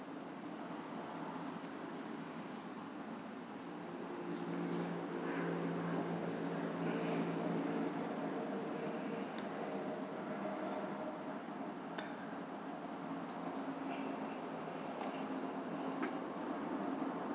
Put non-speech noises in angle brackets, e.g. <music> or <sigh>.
<breath>